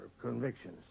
convictions